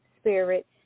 spirit